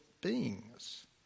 beings